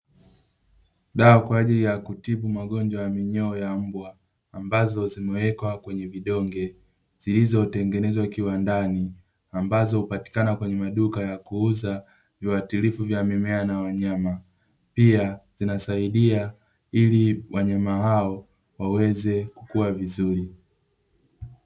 Dawa kwa ajili ya kutibu magonjwa ya minyoo ya mbwa, ambazo zimewekwa kwenye vidonge, zilizotengenezwa kiwandani, ambazo hupatikana kwenye maduka ya kuuza viuatilifu vya mimea na wanyama, pia vinasaidia ili wanyama hao waweze kukua vizuri.